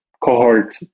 cohort